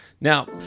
Now